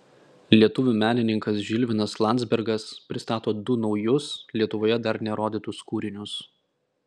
lietuvių menininkas žilvinas landzbergas pristato du naujus lietuvoje dar nerodytus kūrinius